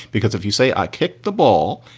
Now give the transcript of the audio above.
because if you say i kicked the ball,